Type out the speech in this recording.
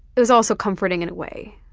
it was also comforting in a way,